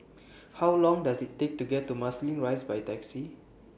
How Long Does IT Take to get to Marsiling Rise By Taxi